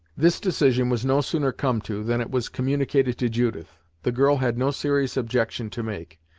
this decision was no sooner come to, than it was communicated to judith. the girl had no serious objection to make,